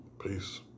Peace